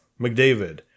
McDavid